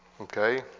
Okay